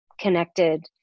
connected